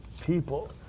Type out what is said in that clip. people